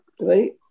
right